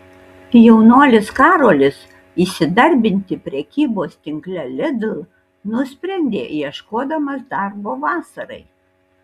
jaunuolis karolis įsidarbinti prekybos tinkle lidl nusprendė ieškodamas darbo vasarai